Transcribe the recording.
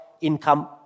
income